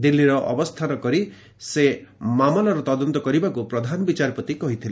ଦିଲ୍ଲୀର ଅବସ୍ଥାନ କରି ସେ ମାମଲାର ତଦନ୍ତ କରିବାକୁ ପ୍ରଧାନ ବିଚାରପତି କହିଥିଲେ